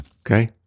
Okay